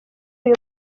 uyu